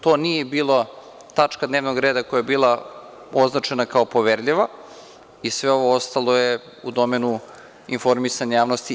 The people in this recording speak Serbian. To nije bila tačka dnevnog reda koja je bila označena kao „poverljiva“ i sve ovo ostalo je u domenu informisanja javnosti.